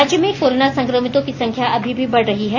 राज्य में कोरोना संक्रमितों की संख्या अभी भी बढ़ रही है